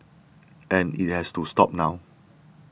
and it has to stop now